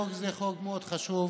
חוק זה הוא חוק מאוד חשוב.